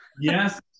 Yes